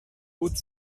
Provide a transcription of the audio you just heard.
haute